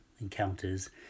encounters